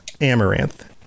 Amaranth